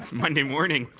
monday morning.